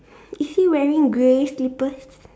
is he wearing grey slippers